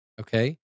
okay